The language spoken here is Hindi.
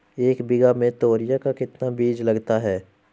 एक बीघा में तोरियां का कितना बीज लगता है?